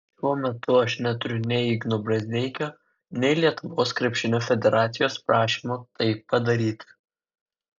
šiuo metu aš neturiu nei igno brazdeikio nei lietuvos krepšinio federacijos prašymo tai padaryti